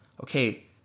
okay